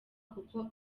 kuko